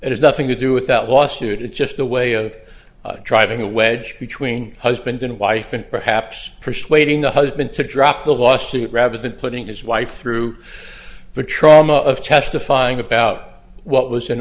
has nothing to do with that lawsuit it's just the way of driving a wedge between husband and wife and perhaps persuading the husband to drop the lawsuit rather than putting his wife through the trauma of testifying about what was an